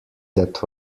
that